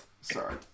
Sorry